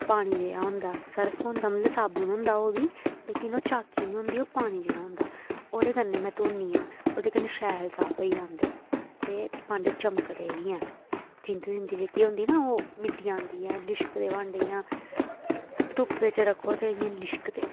पानी जेहा होंदा ऐ सर्फ होंदा मतलब साबन होंदा ओह् बी लेकिन ओह् झाकी नी होंदी ओह् पानी जेहा होंदा ओह्दे कन्नै में धोन्नी हा ओह्दे कन्नै शैल साफ होई जंदे ते भांडे चमकदे बी ऐ थिन्द जेह्की होंदी न ओह् मिटी जंदी ऐ लिश्कदे भांडे इयां धुप्पै च रक्खो ते इ'यां लिश्कदे